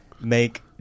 make